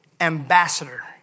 ambassador